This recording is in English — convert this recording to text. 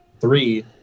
three